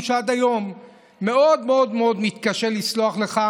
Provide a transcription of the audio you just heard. שעד היום מאוד מאוד מאוד מתקשה לסלוח לך